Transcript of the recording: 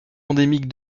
endémique